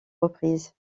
reprises